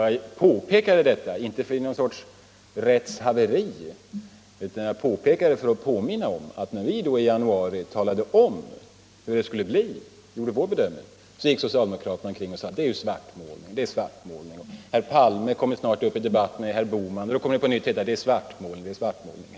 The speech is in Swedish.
Jag påpekade detta inte som någon sorts rättshaveri utan för att påminna om att när vi i januari gjorde vår bedömning och talade om hur det skulle bli sade socialdemokraterna att det var svartmålning. Nu kommer väl herr Palme snart i debatt med herr Bohman, och då kunde det på nytt heta att det var svartmålning.